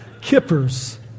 Kippers